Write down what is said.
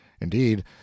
Indeed